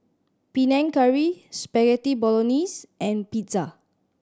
Panang Curry Spaghetti Bolognese and Pizza